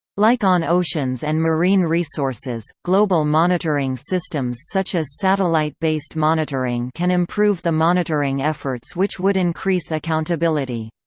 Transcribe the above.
like on oceans and marine resources, global monitoring systems such as satellite-based monitoring can improve the monitoring efforts which would increase accountability.